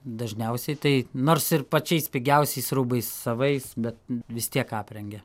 dažniausiai tai nors ir pačiais pigiausiais rūbais savais bet vis tiek aprengia